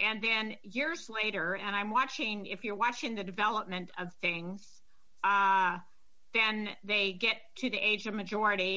and then years later and i'm watching if you're watching the development of things than they get to the age of majority